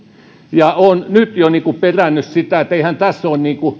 olen nyt jo perännyt sitä että eihän tässä ole